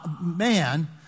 man